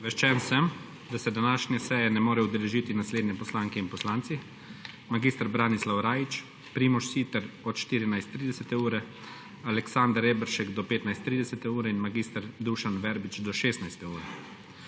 Obveščen sem, da se današnje seje ne morejo udeležiti naslednje poslanke in poslanci: mag. Branislav Rajić, Primož Siter od 14.30, Aleksander Reberšek do 15.30 in mag. Dušan Verbič do 16. ure.